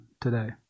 today